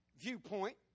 viewpoint